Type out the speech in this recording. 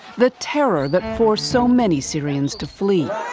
the terror that forced so many syrians to flee.